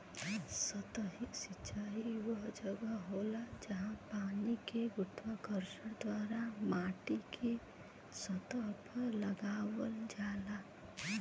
सतही सिंचाई वह जगह होला, जहाँ पानी के गुरुत्वाकर्षण द्वारा माटीके सतह पर लगावल जाला